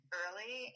early